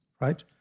right